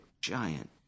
giant